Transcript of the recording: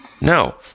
no